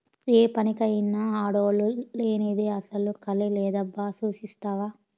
ఏ పనికైనా ఆడోల్లు లేనిదే అసల కళే లేదబ్బా సూస్తివా